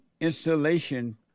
installation